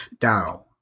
Dao